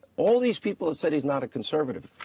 all of these people have said he is not a conservative.